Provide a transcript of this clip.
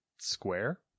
Square